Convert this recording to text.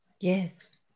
Yes